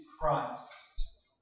Christ